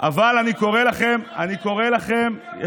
אבל אני קורא לכם, אביר, רד.